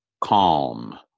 calm